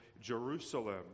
Jerusalem